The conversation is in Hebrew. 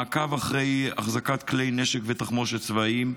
מעקב אחרי החזקת כלי נשק ותחמושת צבאיים.